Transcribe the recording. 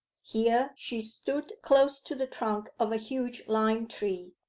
here she stood close to the trunk of a huge lime-tree,